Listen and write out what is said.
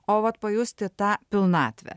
o vat pajusti tą pilnatvę